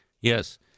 Yes